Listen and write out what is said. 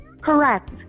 Correct